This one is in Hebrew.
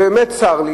ובאמת צר לי